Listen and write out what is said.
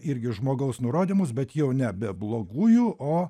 irgi žmogaus nurodymus bet jau nebe blogųjų o